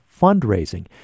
fundraising